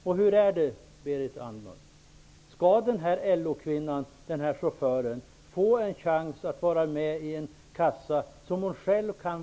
Anser Berit Andnor att den kvinnliga chaufför som jag omnämnde i mitt exempel skall få chansen att vara med i den kassa som hon själv valt?